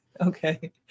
Okay